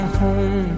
home